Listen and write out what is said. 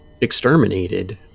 exterminated